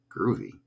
groovy